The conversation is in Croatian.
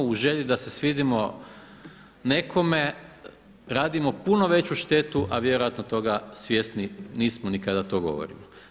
U želji da se svidimo nekome radimo puno štetu, a vjerojatno toga svjesni nismo ni kada to govorimo.